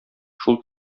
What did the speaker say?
шул